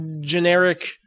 generic